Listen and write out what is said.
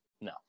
No